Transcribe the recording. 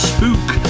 Spook